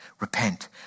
repent